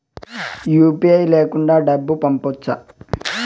UPI లేకుండా డబ్బు పంపొచ్చా